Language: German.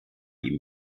ihm